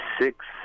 six